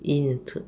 晕吐